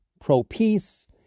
pro-peace